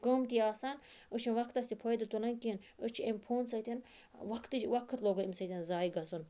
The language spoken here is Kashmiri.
قۭمتی آسان أسۍ چھِ وَقتَس تہِ فٲیدٕ تُلان کینٛہہ أسۍ چھِ امہِ فونہٕ سۭتۍ وَقتِچ وَقت لوگُن امہ سۭتۍ ضایہِ گَژھُن